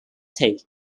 city